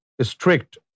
strict